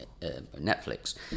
Netflix